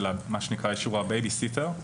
מה שנקרא אישור הבייבי-סיטר?